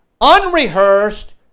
unrehearsed